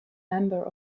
member